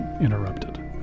Interrupted